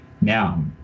Now